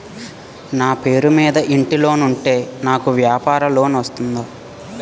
నా పేరు మీద ఇంటి లోన్ ఉంటే నాకు వ్యాపార లోన్ వస్తుందా?